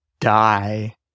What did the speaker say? die